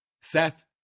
Seth